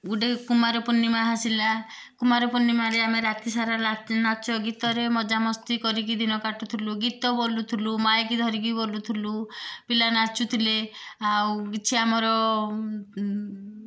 ଗୁଟେ କୁମାର ପୂର୍ଣ୍ଣିମା ଆସିଲା କୁମାର ପୂର୍ଣ୍ଣିମାରେ ଆମେ ରାତି ସାରା ନା ନାଚ ଗୀତରେ ମଜାମସ୍ତି କରିକି ଦିନ କାଟୁଥିଲୁ କି ଗୀତ ବଲୁଥିଲୁ ମାଇକ୍ ଧରିକି ବଲୁଥିଲୁ ପିଲା ନାଚୁ ଥିଲେ ଆଉ କିଛି ଆମର